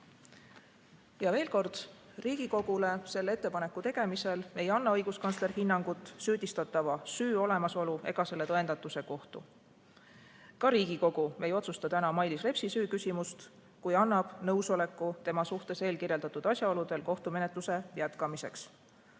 Veel kord: Riigikogule selle ettepaneku tegemisel ei anna õiguskantsler hinnangut süüdistatava süü olemasolu ega selle tõendatuse kohta. Ka Riigikogu ei otsusta täna Mailis Repsi süüküsimust, kui annab nõusoleku tema suhtes eelkirjeldatud asjaoludel kriminaalmenetluse jätkamiseks.